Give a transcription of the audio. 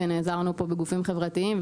ונעזרנו פה בגופים חברתיים,